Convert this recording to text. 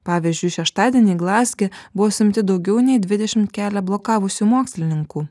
pavyzdžiui šeštadienį glazge buvo suimti daugiau nei dvidešimt kelią blokavusių mokslininkų